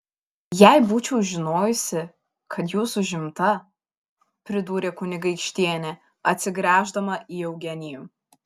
jei būčiau žinojusi kad jūs užimta pridūrė kunigaikštienė atsigręždama į eugenijų